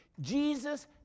Jesus